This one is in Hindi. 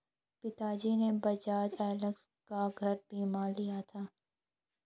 पिताजी ने बजाज एलायंस का घर बीमा लिया था